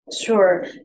Sure